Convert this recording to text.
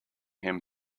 him